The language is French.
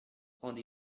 rendez